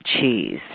cheese